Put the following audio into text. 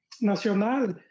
Nacional